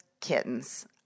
kittens